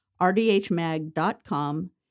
rdhmag.com